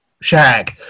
Shag